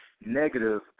negative